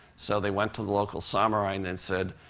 so they went to the local samurai and they said,